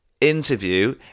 interview